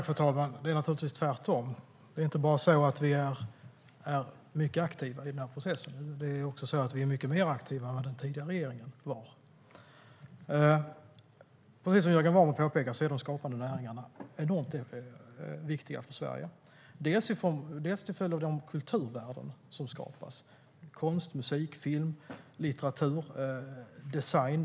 Fru talman! Det är naturligtvis tvärtom. Vi är inte bara mycket aktiva i den här processen; vi är också mycket mer aktiva än den tidigare regeringen var. Precis som Jörgen Warborn pekar på är de skapande näringarna enormt viktiga för Sverige till följd av de kulturvärden som skapas inom konst, musik, film, litteratur och design.